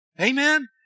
Amen